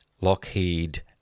Lockheed